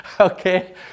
Okay